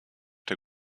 der